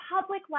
public